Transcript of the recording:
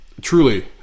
truly